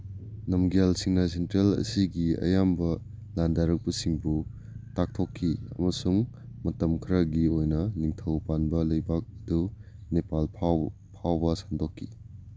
ꯅꯝꯒꯦꯜꯁꯤꯡꯅ central ꯑꯁꯤꯒꯤ ꯑꯌꯥꯝꯕ ꯂꯟꯗꯥꯔꯛꯄꯁꯤꯡꯕꯨ ꯇꯥꯛꯊꯣꯛꯈꯤ ꯑꯃꯁꯨꯡ ꯃꯇꯝ ꯈꯔꯒꯤ ꯑꯣꯏꯅ ꯅꯤꯡꯊꯧ ꯄꯥꯟꯕ ꯂꯩꯕꯥꯛꯇꯨ ꯅꯦꯄꯥꯜ ꯐꯥꯎꯕ ꯁꯟꯗꯣꯛꯈꯤ